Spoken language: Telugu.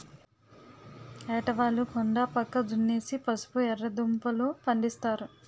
ఏటవాలు కొండా పక్క దున్నేసి పసుపు, ఎర్రదుంపలూ, పండిస్తారు